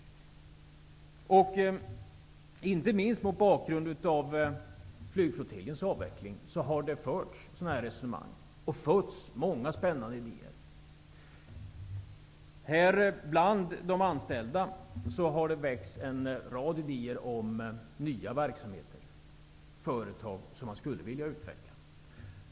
Inte minst mot bakgrund av flygflottiljens avveckling har det förts resonemang av den här typen. Det har fötts många spännande idéer. Bland de anställda har det fötts en rad idéer om nya verksamheter som man skulle vilja utveckla.